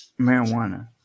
marijuana